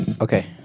Okay